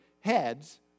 heads